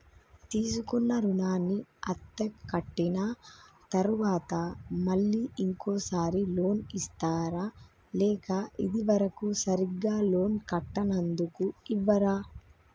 తీసుకున్న రుణాన్ని అత్తే కట్టిన తరువాత మళ్ళా ఇంకో సారి లోన్ ఇస్తారా లేక ఇది వరకు సరిగ్గా లోన్ కట్టనందుకు ఇవ్వరా?